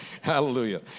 Hallelujah